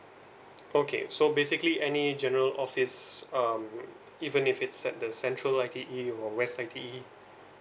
okay so basically any general office um even if it's at the central I_T_E or west I_T_E